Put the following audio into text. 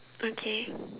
okay